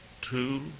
two